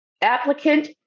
Applicant